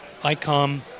ICOM